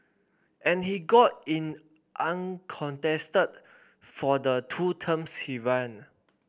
and he got in uncontested for the two terms he ran